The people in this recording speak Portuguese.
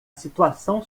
situação